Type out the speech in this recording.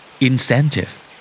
Incentive